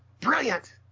brilliant